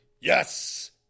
Yes